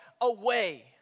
away